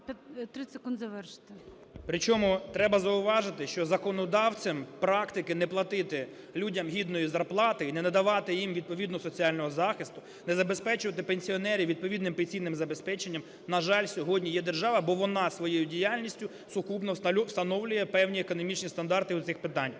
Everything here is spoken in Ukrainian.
30 секунд завершити. КАПЛІН С.М. Причому треба зауважити, що законодавцем практики не платити людям гідної зарплати і не надавати їм відповідного соціального захисту, не забезпечувати пенсіонерів відповідним пенсійним забезпеченням, на жаль, сьогодні є держава, бо вона своєю діяльністю сукупно встановлює певні економічні стандарти в цих питаннях.